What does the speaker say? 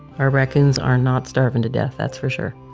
our raccoons are not starving to death that's for sure.